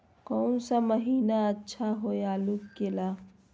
कौन सा महीना अच्छा होइ आलू के ला?